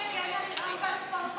הוא לא מגן על איראן ועל צפון-קוריאה.